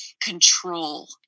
control